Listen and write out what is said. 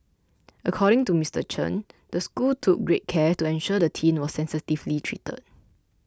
according to Mister Chen the school took great care to ensure the teen was sensitively treated